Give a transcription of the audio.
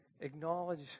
acknowledge